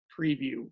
preview